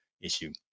issue